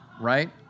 right